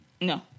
No